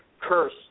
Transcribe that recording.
curse